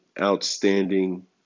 outstanding